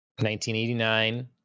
1989